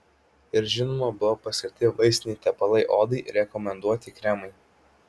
ir žinoma buvo paskirti vaistiniai tepalai odai rekomenduoti kremai